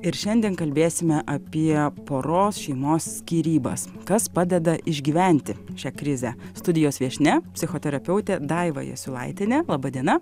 ir šiandien kalbėsime apie poros šeimos skyrybas kas padeda išgyventi šią krizę studijos viešnia psichoterapeutė daiva jasiulaitienė laba diena